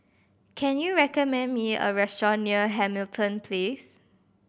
can you recommend me a restaurant near Hamilton Place